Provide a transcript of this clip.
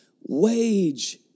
wage